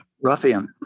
ruffian